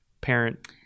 parent